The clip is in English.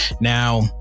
Now